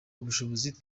ubushobozi